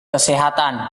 kesehatan